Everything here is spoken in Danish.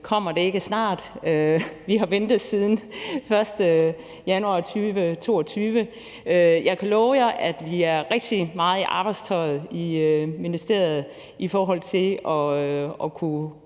Kommer det ikke snart? Vi har ventet siden den 1. januar 2022. Jeg kan love jer, at vi er trukket i arbejdstøjet i ministeriet i forhold til at kunne